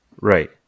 right